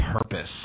purpose